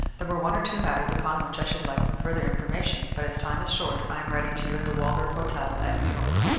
there were one or two matters upon which i should like some further information, but as time is short i am writing to you at the waldorf hotel at new york.